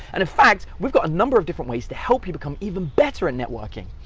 and in fact, we've got a number of different ways to help you become even better at networking.